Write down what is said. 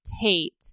Tate